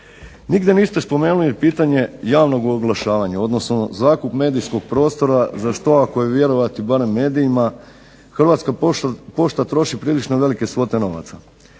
Nigdje niste spomenuli pitanje javnog oglašavanja, odnosno zakup medijskog prostora za što ako je vjerovati barem medijima Hrvatska pošta troši prilično velike svote novaca.